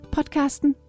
Podcasten